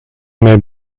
may